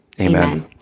Amen